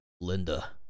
Linda